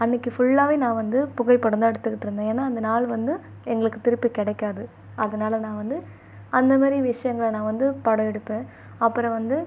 அன்றைக்கு ஃபுல்லாவே நான் வந்து புகைப்படம் தான் எடுத்துக்கிட்டு இருந்தேன் ஏன்னா அந்த நாள் வந்து எங்களுக்கு திருப்பி கிடைக்காது அதனால நான் வந்து அந்த மாதிரி விஷியங்களை நான் வந்து படம் எடுப்பேன் அப்புறம் வந்து